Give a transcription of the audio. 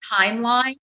timeline